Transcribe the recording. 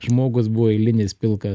žmogus buvo eilinis pilkas